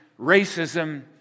racism